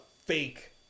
fake